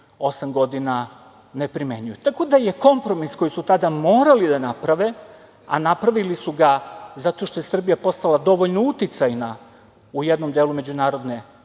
osam godina ne primenjuju. Tako da je kompromis koji su tada morali da naprave a napravili su ga zato što je Srbija postala dovoljno uticajna u jednom delu međunarodne